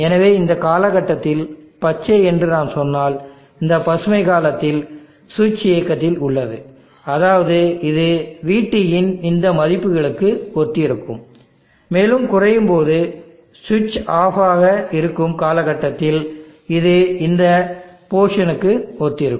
எனவே இந்த காலகட்டத்தில் பச்சை என்று நான் சொன்னால் இந்த பசுமைக் காலத்தில் சுவிட்ச் இயக்கத்தில் உள்ளது அதாவது இது vT யின் இந்த மதிப்புகளுக்கு ஒத்திருக்கும் மேலும் குறையும்போது சுவிட்ச் ஆஃப் ஆக இருக்கும் காலகட்டத்தில் இது இந்த போஷனுக்கு ஒத்திருக்கும்